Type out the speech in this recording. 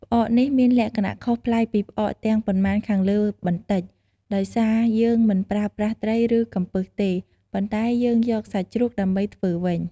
ផ្អកនេះមានលក្ខណៈខុសប្លែកពីផ្អកទាំងប៉ុន្មានខាងលើបន្តិច ដោយសារយើងមិនប្រើប្រាស់ត្រី ឬ កំពឹសទេ ប៉ុន្តែយើងយកសាច់ជ្រូកដើម្បីធ្វើវិញ។